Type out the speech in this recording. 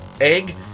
egg